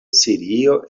sirio